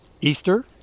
Easter